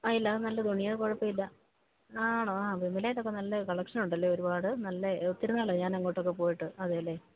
ആ ഇല്ല അത് നല്ല തുണിയാണ് അത് കുഴപ്പമില്ല ആണോ ആ വിമലയിലൊക്കെ നല്ല കളക്ഷനുണ്ടല്ലേ ഒരുപാട് നല്ലത് ഒത്തിരി നാളായി ഞാനങ്ങോട്ടൊക്കെ പോയിട്ട് അതെയല്ലേ